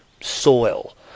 soil